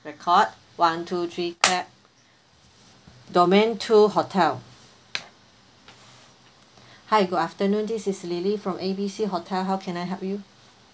record one two three clap domain two hotel hi good afternoon this is lily from A B C hotel how can I help you